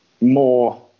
more